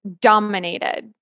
dominated